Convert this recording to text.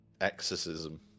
exorcism